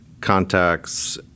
contacts